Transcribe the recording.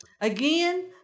again